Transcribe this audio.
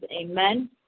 Amen